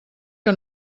que